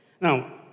Now